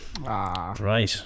right